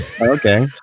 Okay